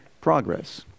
progress